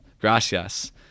Gracias